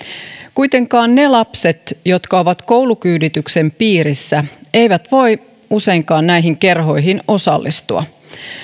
kuitenkaan ne lapset jotka ovat koulukyydityksen piirissä eivät voi useinkaan näihin kerhoihin osallistua